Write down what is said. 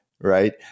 right